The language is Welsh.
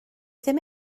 ddim